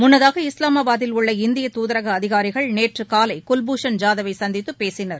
முன்னதாக இஸ்லாமாபாத்தில் உள்ள இந்திய துதரக அதிகாரிகள் நேற்று காலை குவ்பூஷன் ஜாதவை சந்தித்தப் பேசினர்